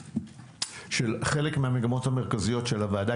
וזה חלק מהמגמות המרכזיות של הוועדה